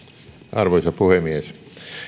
arvoisa puhemies